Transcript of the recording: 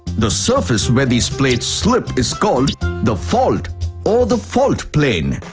the surface where these plates slip is called the fault or the fault plane.